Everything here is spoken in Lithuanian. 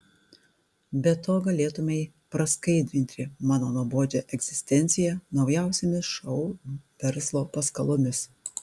be to galėtumei praskaidrinti mano nuobodžią egzistenciją naujausiomis šou verslo paskalomis